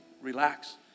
relax